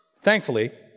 Thankfully